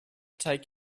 take